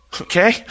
Okay